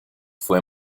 fue